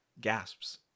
gasps